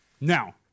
Now